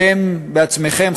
אתם עצמכם,